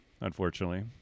unfortunately